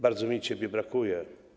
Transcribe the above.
Bardzo mi ciebie brakuje.